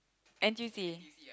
N_T_U_C